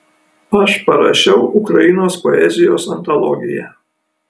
aš parašiau ukrainos poezijos antologiją